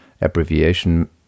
abbreviation